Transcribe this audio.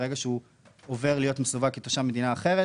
ברגע שהוא עובר להיות מסווג כתושב מדינה אחרת,